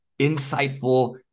insightful